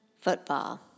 football